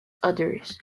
others